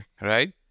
Right